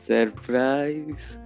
Surprise